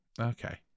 Okay